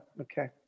Okay